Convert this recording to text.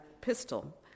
Pistol